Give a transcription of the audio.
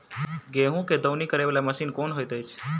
गेंहूँ केँ दौनी करै वला मशीन केँ होइत अछि?